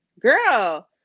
Girl